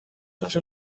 such